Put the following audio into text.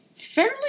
fairly